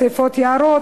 שרפת יערות,